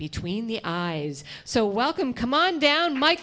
between the eyes so welcome come on down m